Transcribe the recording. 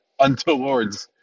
untowards